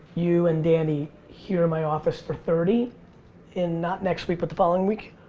you and danny here in my office for thirty in, not next week but the following week.